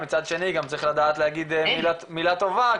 מצד שני צריך לדעת גם להגיד מילה טובה,